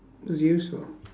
was useful